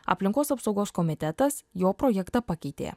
aplinkos apsaugos komitetas jo projektą pakeitė